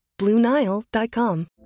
Bluenile.com